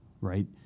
right